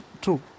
true